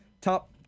top